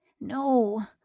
No